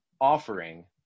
offering